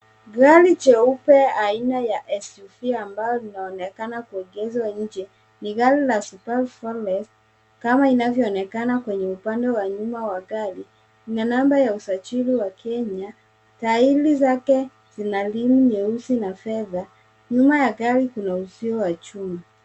Gari jeupe aina ya SUV ambayo linaonekana kuegezwa nje. Ni gari la subaru forester kama inavyoonekana kwenye upande wa nyuma wa gari. Ina namba ya usajili wa Kenya. Tairi zake lina rim nyeusi na fedha. Nyuma ya gari kuna uzio wa chuma.